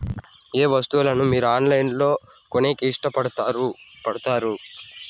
ఏయే వస్తువులను మీరు ఆన్లైన్ లో కొనేకి ఇష్టపడుతారు పడుతారు?